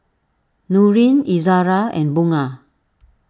Nurin Izzara and Bunga